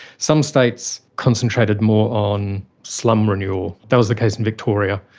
some states concentrated more on slum renewal. that was the case in victoria,